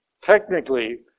technically